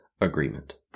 agreement